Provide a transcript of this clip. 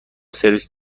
سرویس